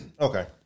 Okay